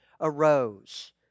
arose